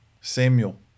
Samuel